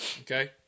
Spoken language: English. Okay